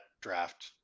draft